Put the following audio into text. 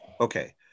okay